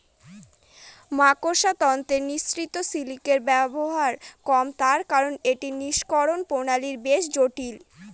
মাকড়সার তন্তু নিঃসৃত সিল্কের ব্যবহার কম তার কারন এটি নিঃষ্কাষণ প্রণালী বেশ জটিল